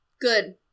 Good